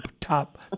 top